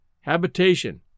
habitation